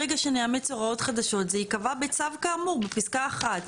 ברגע שנאמץ הוראות חדשות זה יקבע בצו כאמור בפסקה (1).